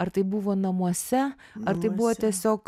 ar tai buvo namuose ar tai buvo tiesiog